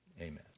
Amen